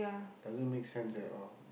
doesn't make sense at all